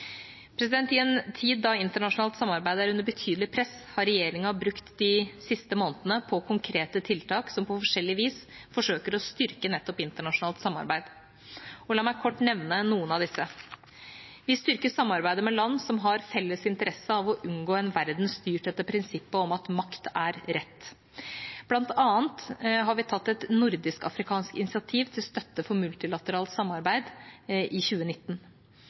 I en tid da internasjonalt samarbeid er under betydelig press, har regjeringa brukt de siste månedene på konkrete tiltak som på forskjellig vis forsøker å styrke nettopp internasjonalt samarbeid. La meg kort nevne noen av disse: Vi styrker samarbeidet med land som har felles interesse av å unngå en verden styrt etter prinsippet om at makt er rett, bl.a. har vi tatt et nordisk-afrikansk initiativ til støtte for multilateralt samarbeid i 2019.